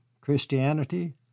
Christianity